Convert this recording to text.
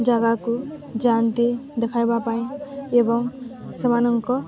ଜାଗାକୁ ଯାଆନ୍ତି ଦେଖାଇବା ପାଇଁ ଏବଂ ସେମାନଙ୍କ